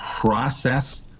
process